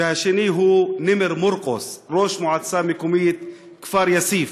השני הוא נימר מורקוס ראש מועצה מקומית כפר-יאסיף.